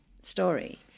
story